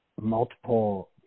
multiple